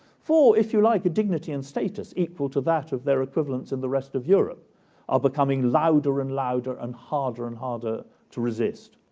for, if you like, a dignity and status status equal to that of their equivalents in the rest of europe are becoming louder and louder and harder and harder to resist.